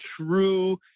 true